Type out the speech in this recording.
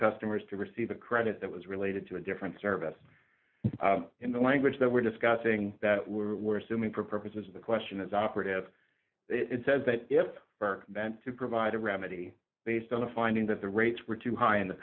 customers to receive a credit that was related to a different service in the language that we're discussing that we're assuming for purposes of the question is operative it says that if for them to provide a remedy based on a finding that the rates were too high in the